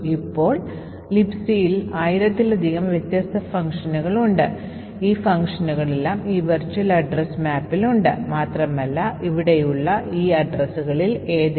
അതിനാൽ ഈ ഫ്ലാഗ് ചേർക്കുന്നത് ഫംഗ്ഷനുകളിലേക്ക് കാനറികൾ ചേർക്കുന്നതിനുള്ള കംപൈലറിനുള്ള സൂചനയാണ്